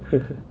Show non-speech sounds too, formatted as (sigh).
(laughs)